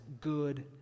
good